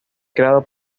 creado